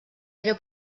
era